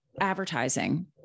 advertising